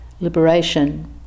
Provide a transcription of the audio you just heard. liberation